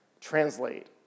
translate